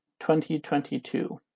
2022